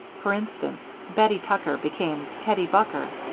for instance, bettie tucker became tettie bucker,